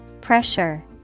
Pressure